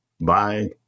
bye